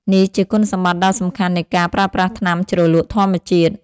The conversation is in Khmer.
នេះជាគុណសម្បត្តិដ៏សំខាន់នៃការប្រើប្រាស់ថ្នាំជ្រលក់ធម្មជាតិ។